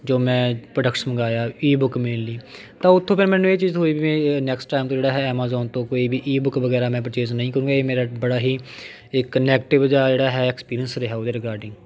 ਜੋ ਮੈਂ ਪ੍ਰੋਡਕਟਸ ਮੰਗਵਾਇਆ ਈ ਬੁੱਕ ਮੇਨਲੀ ਤਾਂ ਉੱਥੋਂ ਫਿਰ ਮੈਨੂੰ ਇਹ ਚੀਜ਼ ਹੋਈ ਵੀ ਨੈਕਸਟ ਟਾਈਮ ਤੋਂ ਜਿਹੜਾ ਹੈ ਐਮਾਜ਼ੋਨ ਤੋਂ ਕੋਈ ਵੀ ਈ ਬੁੱਕ ਵਗੈਰਾ ਮੈਂ ਪਰਚੇਜ ਨਹੀਂ ਕਰਾਂਗਾ ਇਹ ਮੇਰਾ ਬੜਾ ਹੀ ਇੱਕ ਨੈਗਟਿਵ ਜਿਹਾ ਜਿਹੜਾ ਹੈ ਐਕਸਪੀਰੀਅੰਸ ਰਿਹਾ ਉਹਦੇ ਰਿਗਾਰਡਿੰਗ